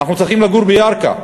אנחנו צריכים לגור בירכא,